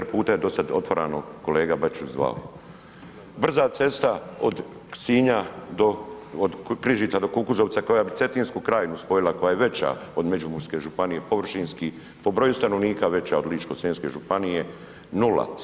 3, 4 puta je dosad otvarano, kolega Bačić ... Brza cesta od Sinja do od Križica do Kukuzovca koja bi Cetinsku krajinu spojila, koja je veća od Međimurske županije površinski, po broju stanovnika veća od Ličko-senjske županije, nula.